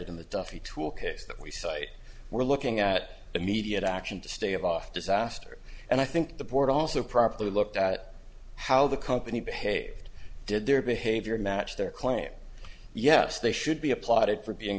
case that we cite we're looking at immediate action to stave off disaster and i think the board also properly looked at how the company behaved did their behavior match their claim yes they should be applauded for being